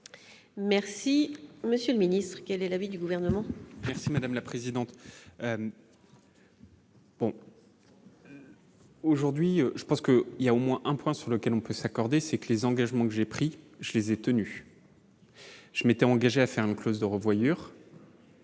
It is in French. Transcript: Merci, Monsieur le Ministre, quel est l'avis du gouvernement. Merci madame la présidente. Aujourd'hui, je pense que il y a au moins un point sur lequel on peut s'accorder, c'est que les engagements que j'ai pris, je les ai tenus. Je m'étais engagé à faire une clause de revoyure.